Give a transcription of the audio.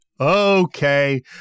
okay